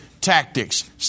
tactics